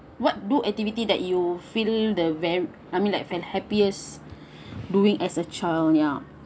what do activity that you feel the ver~ I mean like fa~ happiest doing as a child ya